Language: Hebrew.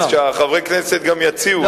אז שחברי הכנסת גם יציעו את הדרך.